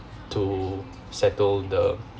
to settle the